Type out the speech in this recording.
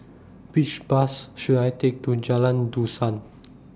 Which Bus should I Take to Jalan Dusan